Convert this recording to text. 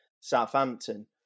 Southampton